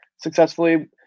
successfully